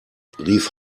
rief